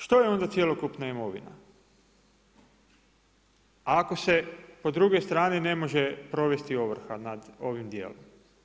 Što je onda cjelokupna imovina ako se po drugoj strani ne može provesti ovrha nad ovim dijelom?